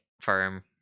firm